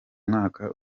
mwaka